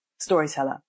storyteller